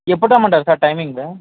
ఎప్పుడు రమ్మంటారు sir timing